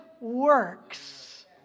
works